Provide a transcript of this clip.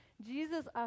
Jesus